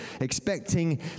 expecting